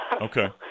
Okay